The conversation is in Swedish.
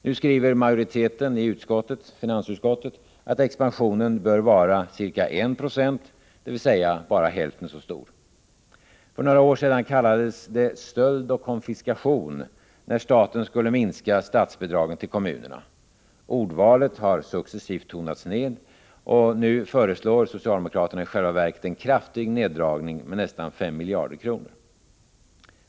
Nu skriver majoriteten i finansutskottet att expansionen bör vara ca 196, dvs. bara hälften så stor. För några år sedan kallades det ”stöld och konfiskation” när staten skulle minska statsbidragen till kommunerna. I fråga om ordvalet har det sedan successivt skett en nedtoning, och nu föreslår socialdemokraterna i själva verket en kraftig neddragning med nästan 5 miljarder kronor.